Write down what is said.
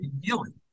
healing